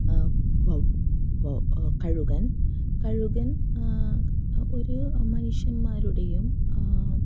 wow വവ് കഴുകൻ കഴുകൻ ഒരു മനുഷ്യന്മാരുടെയും